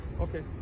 Okay